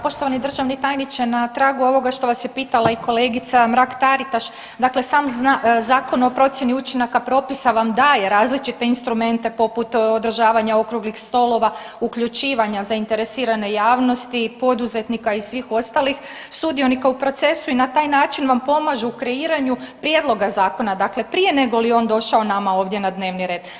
Poštovani državni tajniče, na tragu ovoga što vas je pitala i kolegica Mrak-Taritaš, dakle sam Zakon o procijeni učinaka propisa vam daje različite instrumente poput održavanja Okruglih stolova, uključivanja zainteresirane javnosti i poduzetnika i svih ostalih sudionika u procesu i na taj način vam pomažu u kreiranju prijedloga zakona, dakle prije nego li je on došao nama ovdje na dnevni red.